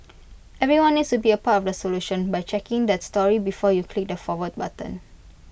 everyone needs to be A part of the solution by checking that story before you click the forward button